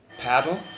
paddle